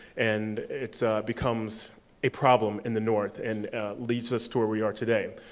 and it becomes a problem in the north and leads us to where we are today.